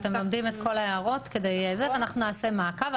אתם לומדים את כל ההערות ואנחנו נעשה מעקב.